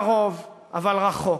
קרוב אבל רחוק.